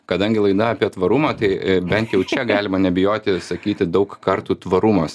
kadangi laida apie tvarumą tai bent jau čia galima nebijoti sakyti daug kartų tvarumas